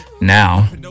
Now